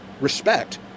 respect